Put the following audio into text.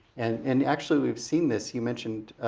and and actually we've seen this, you mentioned